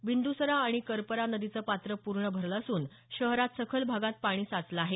बिंद्सरा आणि करपरा नदीचं पात्र पूर्ण भरलं असून शहरात सखल भागात पाणी साचलं आहे